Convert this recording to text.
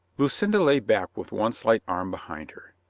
lucinda lay back with one slight arm behind her